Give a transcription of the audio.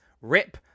Rip